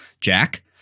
Jack